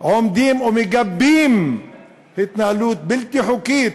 עומדים ומגבים התנהלות בלתי חוקית,